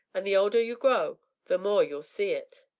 an' the older you grow the more you'll see it.